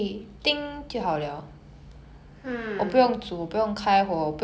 but with a microwave you need to ensure that it's microwavable food